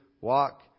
walk